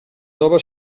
nova